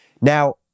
Now